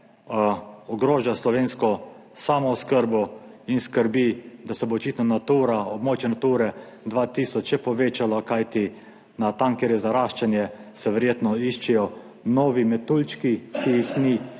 ogroža slovensko samooskrbo in skrbi, da se bo očitno Natura območje Nature 2000 še povečalo, kajti na tam, kjer je zaraščanje, se verjetno iščejo novi metuljčki, ki jih ni,